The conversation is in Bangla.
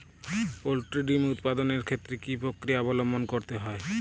পোল্ট্রি ডিম উৎপাদনের ক্ষেত্রে কি পক্রিয়া অবলম্বন করতে হয়?